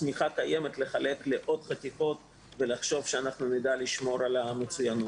חשוב שנדע לשמור על המצוינות.